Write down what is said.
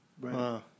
Right